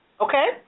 Okay